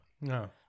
no